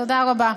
תודה רבה.